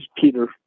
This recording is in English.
Peter